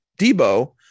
Debo